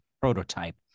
prototype